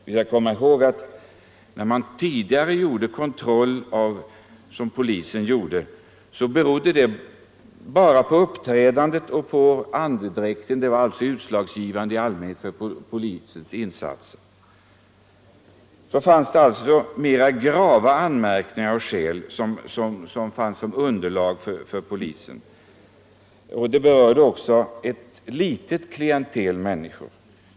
Vi skall komma ihåg att de kontroller som polisen tidigare gjorde föranleddes i allmänhet av vederbörandes uppträdande och andedräkt. Det var alltså i allmänhet mera grava anmärkningar som var utslagsgivande för polisens ingripande. Kontrollerna berörde också ett litet klientel människor.